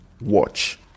watch